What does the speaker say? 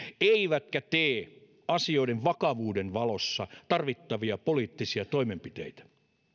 eivätkä tee asioiden vakavuuden valossa tarvittavia poliittisia toimenpiteitä